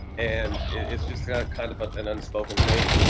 and it's just kind of but an unspoken thing,